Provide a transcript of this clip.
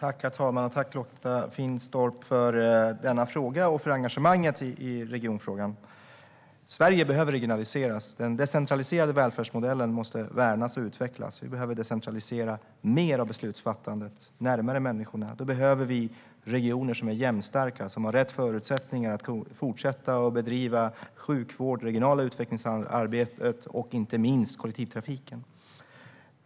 Herr talman! Tack, Lotta Finstorp, för frågan och för engagemanget i regionfrågan! Sverige behöver regionaliseras. Den decentraliserade välfärdsmodellen måste värnas och utvecklas. Vi behöver decentralisera mer av beslutsfattandet närmare människorna. Då behöver vi regioner som är jämnstarka och som har rätt förutsättningar för att fortsätta att bedriva sjukvård, regionalt utvecklingsarbete och inte minst kollektivtrafik.